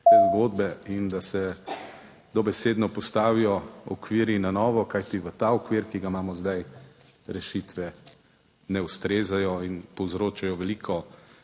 te zgodbe in da se dobesedno postavijo okvirji na novo. Kajti, v ta okvir, ki ga imamo zdaj, rešitve ne ustrezajo in povzročajo veliko